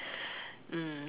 mm